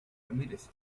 ramírez